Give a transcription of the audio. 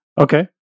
Okay